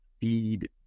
feed